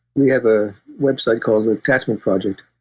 we have a website called the attachment project.